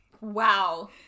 Wow